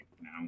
now